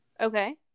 Okay